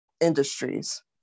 industries